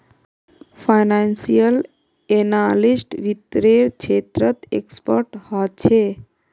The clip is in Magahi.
फाइनेंसियल एनालिस्ट वित्त्तेर क्षेत्रत एक्सपर्ट ह छे